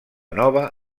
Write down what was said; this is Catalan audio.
nova